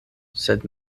sed